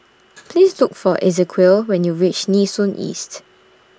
Please Look For Ezequiel when YOU REACH Nee Soon East